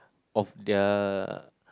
of the